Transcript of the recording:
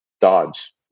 dodge